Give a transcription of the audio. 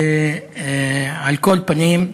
על כל פנים,